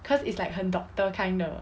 cause it's like 很 doctor kind 的